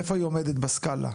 איפה היא עומדת בסקאלה?